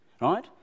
right